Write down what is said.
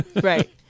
Right